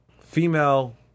female